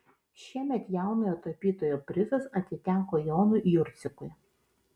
šiemet jaunojo tapytojo prizas atiteko jonui jurcikui